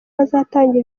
bazatanga